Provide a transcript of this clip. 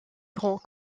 grand